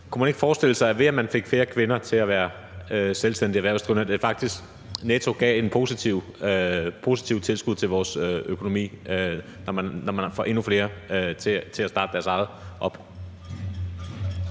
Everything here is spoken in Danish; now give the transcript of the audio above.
ikke kunne forestille sig, at ved at man fik flere kvinder til at være selvstændigt erhvervsdrivende, gav det faktisk netto et positivt tilskud til vores økonomi, altså når man får endnu flere til at starte deres eget op?